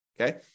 Okay